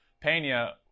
Pena